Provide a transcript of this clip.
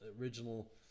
original